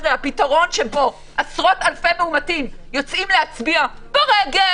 הפתרון בו עשרות אלפי מאומתים יוצאים להצביע ברגל,